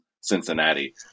Cincinnati